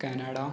Canada